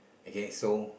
okay so